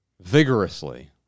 vigorously